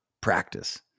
practice